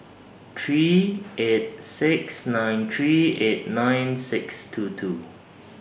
three eight six nine three eight nine six two two